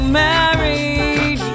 married